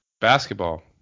basketball